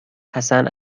حسن